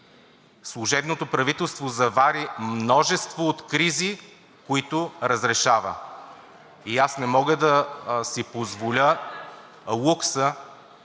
Служебното правителство завари множество от кризи, които разрешава. И аз не мога да си позволя лукса